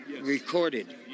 recorded